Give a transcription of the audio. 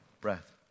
breath